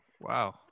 Wow